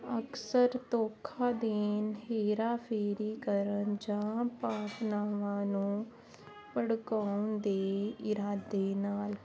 ਅਕਸਰ ਧੋਖਾ ਦੇਣ ਹੇਰਾਫੇਰੀ ਕਰਨ ਜਾਂ ਭਾਵਨਾਵਾਂ ਨੂੰ ਭੜਕਾਉਣ ਦੇ ਇਰਾਦੇ ਨਾਲ